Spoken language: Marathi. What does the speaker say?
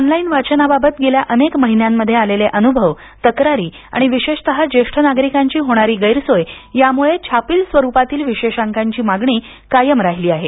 ऑनलाईन वाचनाबाबत गेल्या अनेक महिन्यांमध्ये आलेले अनुभव तक्रारी आणि विशेषत ज्येष्ठ नागरिकांची होणारी गैरसोय यामुळे छापील स्वरूपातील विशेषांकांची मागणी कायम राहिली आहे